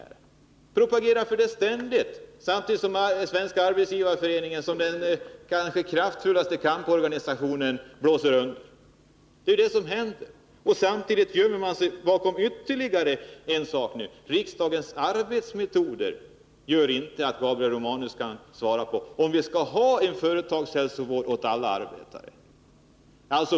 Ni propagerar ständigt för detta, samtidigt som den kraftfulla kamporganisationen Svenska arbetsgivareföreningen blåser under. Och nu gömmer sig Gabriel Romanus bakom ytterligare en sak: Riksdagens arbetsformer gör att han inte kan svara på om vi skall ha en företagshälsovård för alla arbetare.